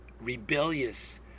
rebellious